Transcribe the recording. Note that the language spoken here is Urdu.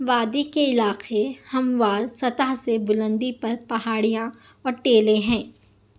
وادی کے علاقے ہموار سطح سے بلندی پر پہاڑیاں اور ٹیلے ہیں